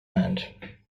meant